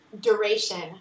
duration